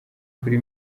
kuri